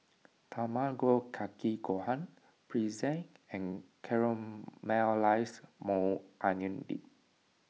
Tamago Kake Gohan Pretzel and Caramelized Maui Onion Dip